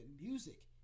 music